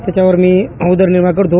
त्याच्यावर मी उदरनिर्वाह करतो